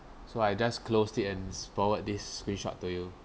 so I just close it and forward this screenshot to you